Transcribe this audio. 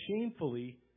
shamefully